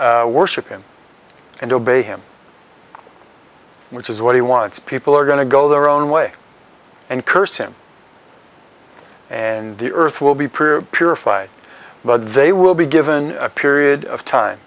and worship him and obey him which is what he wants people are going to go their own way and curse him and the earth will be purified but they will be given a period of time